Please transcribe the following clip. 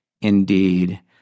indeed